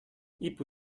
ibu